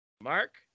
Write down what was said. Mark